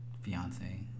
fiance